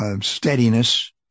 steadiness